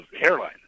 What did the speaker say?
hairline